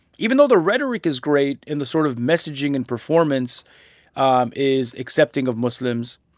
even though the rhetoric is great and the sort of messaging and performance um is accepting of muslims,